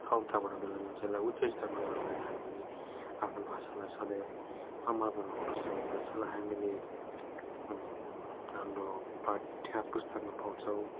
बढाउँदै लानुपर्छ यसलाई उच्च स्थानमा लगेर हामीले आफ्नो भाषालाई सधैँ अमर बनाउनु पर्छ यो भाषालाई हामीले हाम्रो पाठ्य पुस्तकमा पाउँछौँ